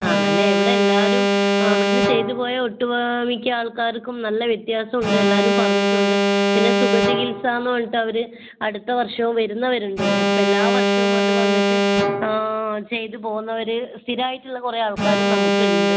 ആണല്ലേ ഇവിടെ എല്ലാവരും ആ ഇവിടെ നിന്ന് ചെയ്തു പോയ ഒട്ടുമിക്ക ആൾക്കാർക്കും നല്ല വ്യത്യാസം ഉണ്ട് എല്ലാവരും പറഞ്ഞിട്ടും ഉണ്ട് പിന്നെ സുഖ ചികിത്സയെന്ന് പറഞ്ഞിട്ട് അവർ അടുത്ത വർഷവും വരുന്നവർ ഉണ്ട് എപ്പോൾ എല്ലാ വർഷവും അത് വന്നിട്ട് ആ ചെയ്തു പോകുന്നവർ സ്ഥിരമായിട്ടുള്ള കുറേ ആൾക്കാരും നമുക്ക് ഉണ്ട്